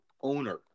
owner